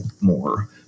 more